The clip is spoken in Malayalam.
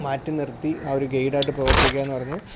മാറ്റിനിർത്തി ആ ഒരു ഗൈഡായിട്ട് പ്രവർത്തിക്കാമെന്നു പറഞ്ഞത്